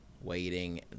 waiting